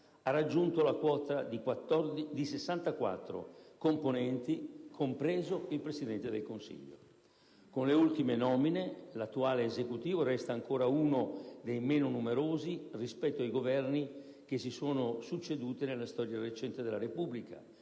ha raggiunto la quota di 64 componenti, compreso il Presidente del Consiglio. Con le ultime nomine l'attuale Esecutivo resta ancora uno dei meno numerosi rispetto ai Governi che si sono succeduti nella storia recente della Repubblica: